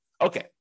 Okay